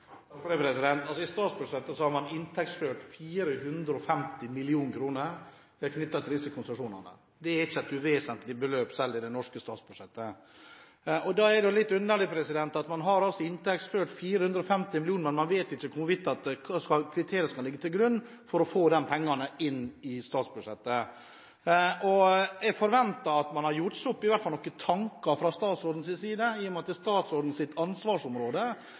I statsbudsjettet har man inntektsført 450 mill. kr knyttet til disse konsesjonene. Det er ikke et uvesentlig beløp – selv i det norske statsbudsjettet. Da er det litt underlig at man har inntektsført 450 mill. kr, men man vet ikke hvilke kriterier som skal ligge til grunn for å få de pengene inn i statsbudsjettet. Jeg forventer at man fra statsrådens side – i og med at det er statsrådens ansvarsområde – i hvert fall har gjort seg opp noen få tanker om hvilken type krav man skal stille, i